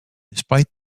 despite